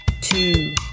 two